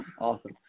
Awesome